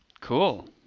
Cool